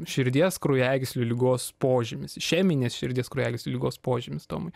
širdies kraujagyslių ligos požymis išeminės širdies kraujagyslių ligos požymis tomai